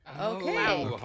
okay